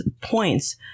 points